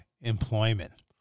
Employment